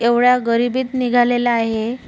एवढया गरिबीत निघालेलं आहे